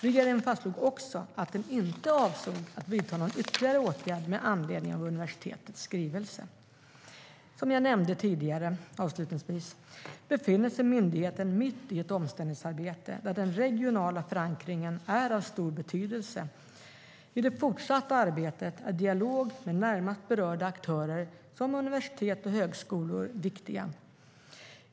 Regeringen fastslog också att den inte avsåg att vidta någon ytterligare åtgärd med anledning av universitetets skrivelse. Som jag nämnde tidigare befinner sig myndigheten mitt i ett omställningsarbete där den regionala förankringen är av stor betydelse. I det fortsatta arbetet är en dialog med närmast berörda aktörer såsom universitet och högskolor viktig.